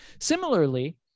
Similarly